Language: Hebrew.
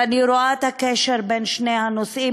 ואני רואה את הקשר בין שני הנושאים,